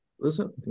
Listen